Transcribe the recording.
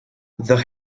the